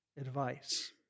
advice